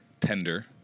tender